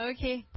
Okay